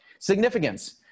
significance